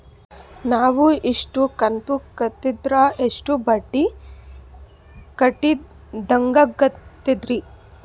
ನಾವು ಇಷ್ಟು ಕಂತು ಕಟ್ಟೀದ್ರ ಎಷ್ಟು ಬಡ್ಡೀ ಕಟ್ಟಿದಂಗಾಗ್ತದ್ರೀ?